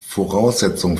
voraussetzung